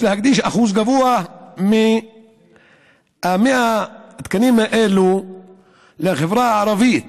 יש להקדיש אחוז גבוה מ-100 התקנים האלה לחברה הערבית,